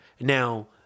Now